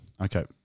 Okay